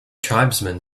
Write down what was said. tribesman